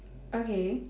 okay